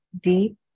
deep